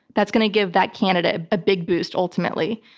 that's going to give that candidate a big boost ultimately.